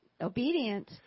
obedient